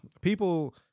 People